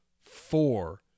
Four